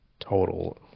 Total